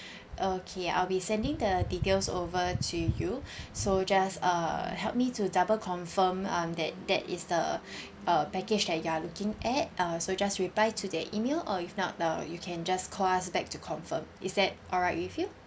okay I'll be sending the details over to you so just err help me to double confirm um that that is the uh package that you are looking at uh so just reply to the email or if not uh you can just call us back to confirm is that alright with you